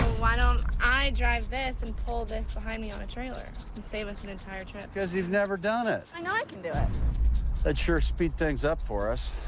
why don't i drive this and pull this behind me on a trailer and save us an entire trip? you've never done it. i know i can do it. that'd sure speed things up for us.